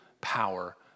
power